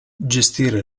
gestire